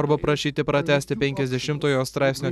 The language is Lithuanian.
arba prašyti pratęsti penkiasdešimtojo straipsnio